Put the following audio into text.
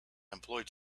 employed